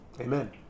Amen